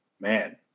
man